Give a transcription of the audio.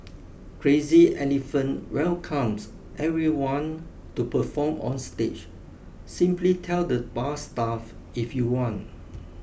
Crazy Elephant welcomes everyone to perform on stage simply tell the bar staff if you want